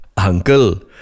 Uncle